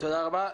תודה רבה.